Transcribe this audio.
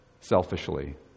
selfishly